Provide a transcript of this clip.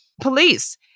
police